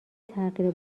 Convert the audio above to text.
تغییر